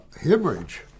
hemorrhage